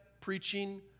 preaching